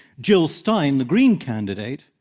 jill stein, the green candidate,